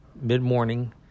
mid-morning